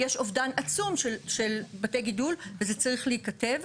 יש אובדן עצום של בתי גידול וזה צריך להיכתב.